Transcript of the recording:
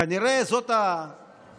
כנראה שזאת התוצאה,